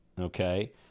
Okay